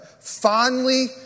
Fondly